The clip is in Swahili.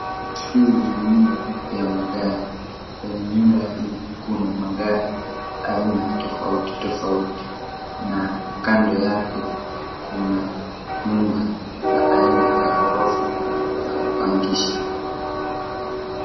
Hii ni nyumba ya magari. Kwenye nyumba hii kuna magari aina tofauti tofauti na kando yake kuna nyumba za aina ya ghorofa za kupangisha.